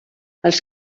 els